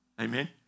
Amen